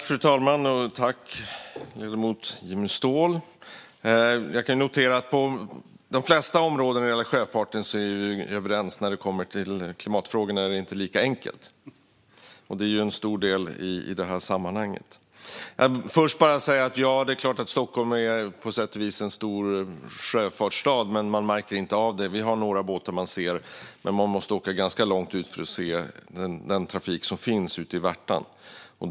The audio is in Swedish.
Fru talman! Jag noterar att på de flesta områden när det gäller sjöfarten är vi överens. När det kommer till klimatfrågorna är det inte lika enkelt. Det är en stor del i sammanhanget. Det är klart att Stockholm på sätt och vis är en stor sjöfartsstad, men man märker inte av det. Man kan se några båtar, men man får åka ganska långt ut för att se den trafik som finns i Värtan.